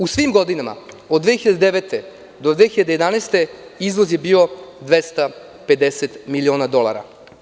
U svim godinama, od 2009. do 2011. godine, izvoz je bio 250 miliona dolara.